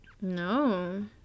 No